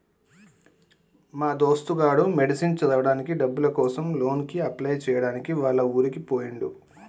మా దోస్తు గాడు మెడిసిన్ చదవడానికి డబ్బుల కోసం లోన్ కి అప్లై చేయడానికి వాళ్ల ఊరికి పోయిండు